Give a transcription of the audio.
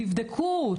תבדקו,